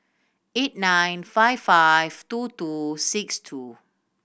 eight nine five five two two six two